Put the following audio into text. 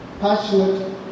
passionate